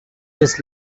this